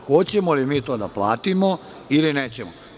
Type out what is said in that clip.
Hoćemo li mi to da platimo ili nećemo?